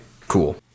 Cool